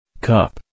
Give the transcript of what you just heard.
cup